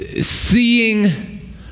seeing